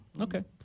Okay